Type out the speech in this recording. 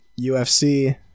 UFC